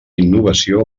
innovació